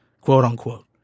quote-unquote